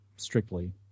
strictly